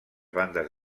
bandes